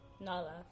Nala